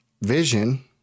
vision